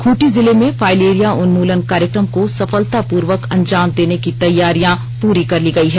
खूंटी जिले में फाइलेरिया उन्मूलन कार्यक्रम को सफलतापूर्वक अंजाम देने की तैयारियां पूरी कर ली गयी है